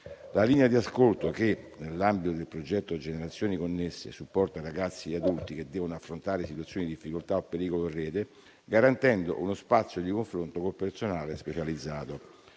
la linea di ascolto che, nell'ambito del progetto "Generazioni Connesse", supporta ragazzi e adulti che devono affrontare situazioni difficoltà o pericolo in Rete, garantendo uno spazio di confronto con il personale specializzato.